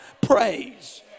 praise